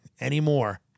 anymore